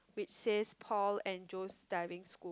which says Paul and Joe's Diving School